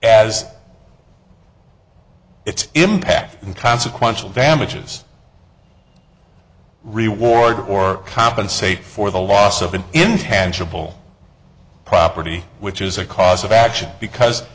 as its impact in consequential damages rewarded or compensate for the loss of an intangible property which is a cause of action because